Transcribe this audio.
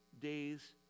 days